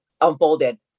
unfolded